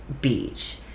beach